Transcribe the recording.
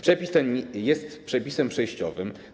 Przepis ten jest przepisem częściowym.